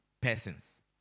persons